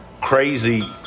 crazy